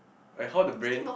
like how the brain